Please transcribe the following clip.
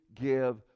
give